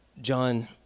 john